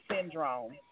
syndrome